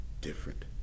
different